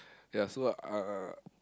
ya so uh